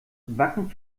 wacken